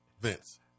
Vince